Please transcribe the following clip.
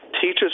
teachers